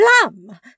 Plum